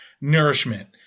Nourishment